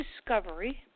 discovery